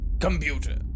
computer